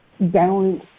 balance